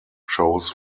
shows